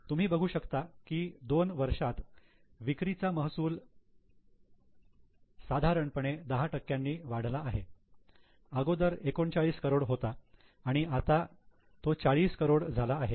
तुम्ही बघू शकता कि दोन वर्षात विक्रीचा महसूल धारणपणे दहा टक्क्यांनी वाढला आहे अगोदर 39 करोड होता आणि आता ते चाळीस करोड झाला आहे